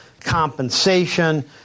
compensation